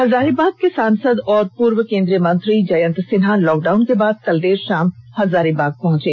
हजारीबाग के सांसद और पूर्व केंद्रीय मंत्री जयंत सिंहा लॉकडाउन के बाद कल देर शाम हजारीबाग पहचे